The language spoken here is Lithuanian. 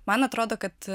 man atrodo kad